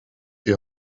die